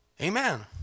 Amen